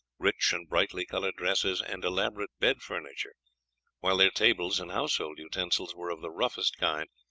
rich and brightly coloured dresses, and elaborate bed furniture while their tables and household utensils were of the roughest kind,